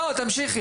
לא, לא, תמשיכי.